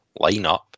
lineup